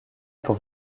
pour